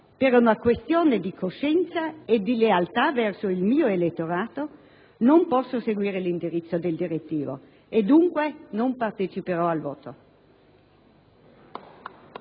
per una questione di coscienza e di lealtà verso il mio elettorato non posso seguire l'indirizzo del direttivo e, dunque, non parteciperò al voto.